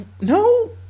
No